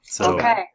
Okay